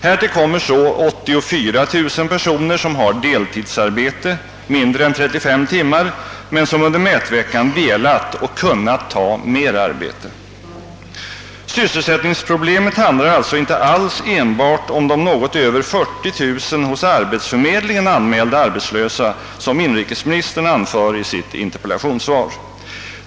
Härtill kommer 84 000 personer, som har deltidsarbete mindre än 35 timmar men som under mätveckan velat och kunnat ta mera arbete. Sysselsättningsproblemet rör alltså inte alls enbart de något över 40 000 hos arbetsförmedlingen anmälda arbetslösa, som inrikesministern anför i sitt interpellationssvar.